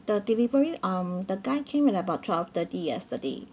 the delivery um the guy came at about twelve thirty yesterday